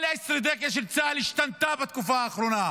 כל האסטרטגיה של צה"ל השתנתה בתקופה האחרונה,